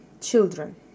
children